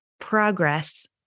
progress